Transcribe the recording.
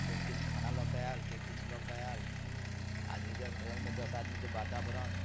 केओ किछु खाना लऽके आएल केओ किछु लऽके आएल आदमीके ट्रेनमे दश आदमीके वातावरण